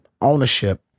ownership